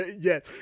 Yes